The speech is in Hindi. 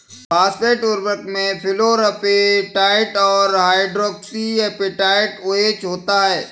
फॉस्फेट उर्वरक में फ्लोरापेटाइट और हाइड्रोक्सी एपेटाइट ओएच होता है